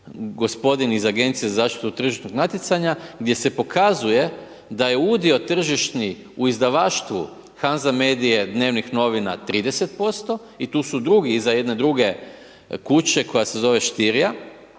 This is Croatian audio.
gospodin iz Agencije za zaštitu od tržišnog natjecanja gdje se pokazuje da je udio tržišni u izdavaštvu HANZA medije, dnevnih novina 30% i tu su drugi iza jedne druge kuće koja se zove